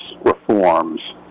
reforms